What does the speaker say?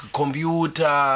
computer